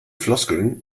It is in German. floskeln